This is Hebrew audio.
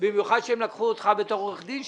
במיוחד שהם לקחו אותך בתור עורך דין,